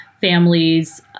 families